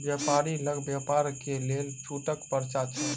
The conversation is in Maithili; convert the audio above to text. व्यापारी लग व्यापार के लेल छूटक पर्चा छल